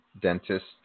Dentist